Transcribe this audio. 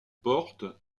porte